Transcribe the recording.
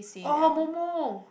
orh momo